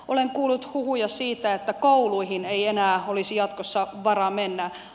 olen kuullut huhuja siitä että kouluihin ei enää olisi jatkossa varaa mennä